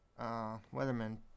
Weatherman